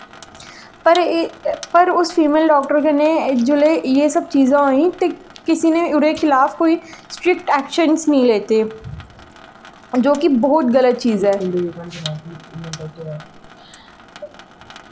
पर फिर जिसलै उस फीमेल डाक्टर कन्नै जिसलै एह् सब चीजां होए ते किसै नै ओह्दे खलाफ कोई स्ट्रिक्ट ऐक्शन्स निं लैते जो कि ब्हौत गल्त चीज ऐ